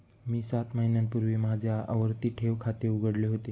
मी सात महिन्यांपूर्वी माझे आवर्ती ठेव खाते उघडले होते